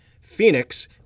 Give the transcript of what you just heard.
phoenix